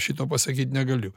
šito pasakyt negaliu